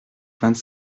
vingt